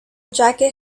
jacket